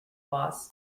boss